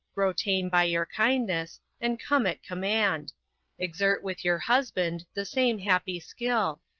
grow tame by your kindness, and come at command exert with your husband the same happy skill,